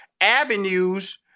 avenues